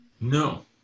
No